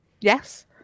yes